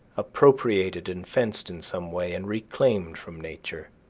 appropriated and fenced in some way, and reclaimed from nature.